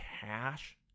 cash